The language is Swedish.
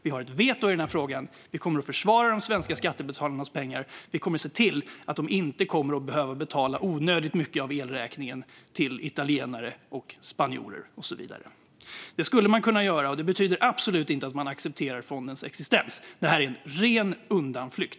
Vi har vetorätt i denna fråga. Vi kommer att försvara de svenska skattebetalarnas pengar och se till att de inte kommer att behöva betala onödigt mycket av elräkningen till italienare, spanjorer och så vidare. Detta skulle man kunna göra, och det skulle absolut inte betyda att man accepterar fondens existens. Det är en ren undanflykt.